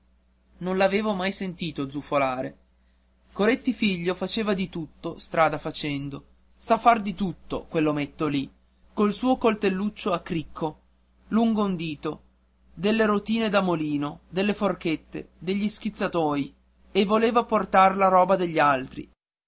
zufolava non l'avevo mai sentito zufolare coretti figlio faceva di tutto strada facendo sa far di tutto quell'ometto lì col suo coltelluccio a cricco lungo un dito delle rotine da mulino delle forchette degli schizzatoi e voleva portar la roba degli altri